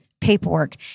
paperwork